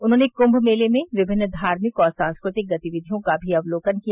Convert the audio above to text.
उन्होंने कुंभ मेले में विभिन्न धार्मिक और सांस्कृतिक गतिविधियों का भी अवलोकन किया